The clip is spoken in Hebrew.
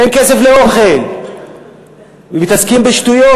אין כסף לאוכל ומתעסקים בשטויות,